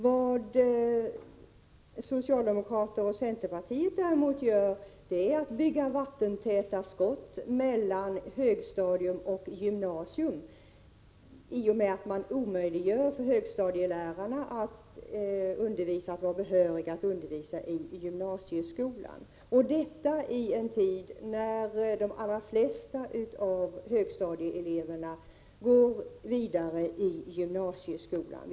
Vad socialdemokrater och centerpartister däremot gör är att bygga vattentäta skott mellan högstadium och gymnasium, i och med att man omöjliggör för högstadielärarna att få behörighet i att undervisa i gymnasieskolan. Detta åstadkoms i en tid när de allra flesta högstadieelever går vidare till gymnasieskolan.